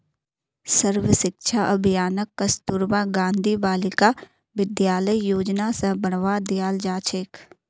सर्व शिक्षा अभियानक कस्तूरबा गांधी बालिका विद्यालय योजना स बढ़वा दियाल जा छेक